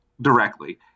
directly